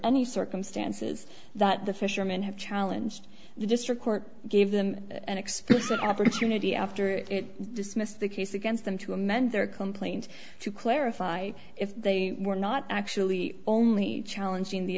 any circumstances that the fishermen have challenged the district court gave them an explicit opportunity after it dismissed the case against them to amend their complaint to clarify if they were not actually only challenging the